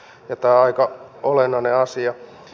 tämä on aika olennainen asia